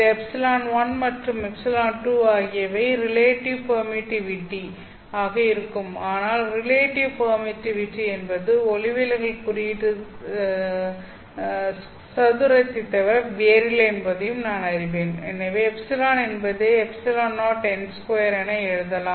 இது ε1 மற்றும் ε2 ஆகியவை ரிலேட்டிவ் பெர்மிட்டிவிட்டி ஆக இருக்கும் ஆனால் ரிலேட்டிவ் பெர்மிட்டிவிட்டி என்பது ஒளிவிலகல் குறியீட்டு சதுரத்தைத் தவிர வேறில்லை என்பதையும் நான் அறிவேன் எனவே ε என்பதை ε0n2 என எழுதலாம்